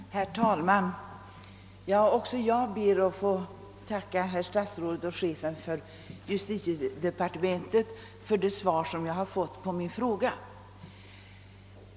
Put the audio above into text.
Herr talman! Också jag ber att få tacka herr statsrådet och chefen för justitiedepartementet för det svar som jag fått på min fråga.